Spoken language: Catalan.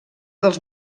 dels